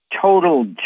total